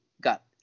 got